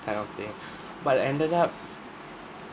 kind of thing but ended up